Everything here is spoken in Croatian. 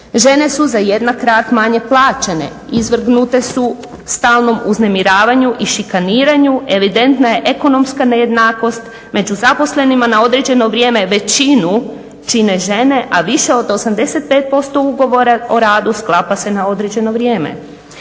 Žene su za jednak rad manje plaćene, izvrgnute su stalnom uznemiravanja i šikaniranju, evidentna je ekonomska nejednakost među zaposlenima na određeno vrijeme većinu čine žene, a više od 85% ugovora o radu sklapa se na određeno vrijeme.